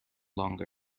longer